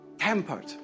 tempered